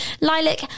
lilac